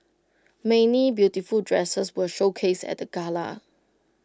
many beautiful dresses were showcased at the gala